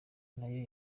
nayo